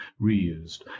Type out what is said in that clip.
reused